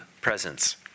presence